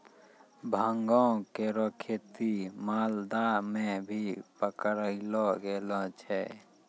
भांगो केरो खेती मालदा म भी पकड़लो गेलो छेलय